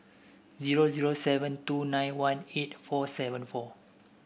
zero zero seven two nine one eight four seven four